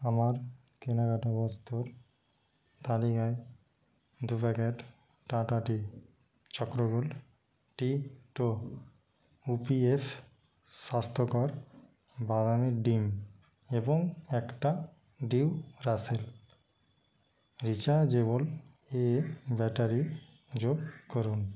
আমার কেনাকাটা বস্তুর তালিকায় দু packet Tata tea Chakra gold টি টো উপিএফ স্বাস্থ্যকর বাদামী ডিম এবং একটা ডিউরাসেল রিচার্জেবল এএ ব্যাটারি যোগ করুন